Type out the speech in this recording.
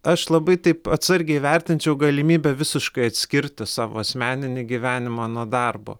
aš labai taip atsargiai vertinčiau galimybę visiškai atskirti savo asmeninį gyvenimą nuo darbo